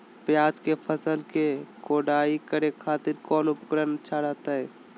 प्याज के फसल के कोढ़ाई करे खातिर कौन उपकरण अच्छा रहतय?